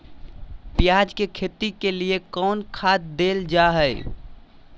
प्याज के खेती के लिए कौन खाद देल जा हाय?